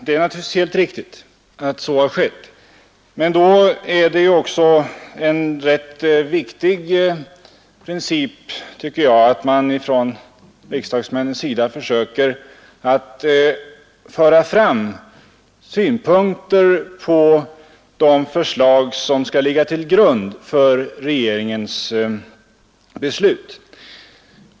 Jag har inget att invända mot det men då är det också rätt viktigt, tycker jag, att riksdagsmännen söker föra fram synpunkter på de förslag som skall ligga till grund för regeringens beslut.